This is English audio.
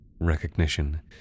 recognition